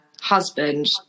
husband